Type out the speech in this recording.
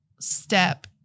step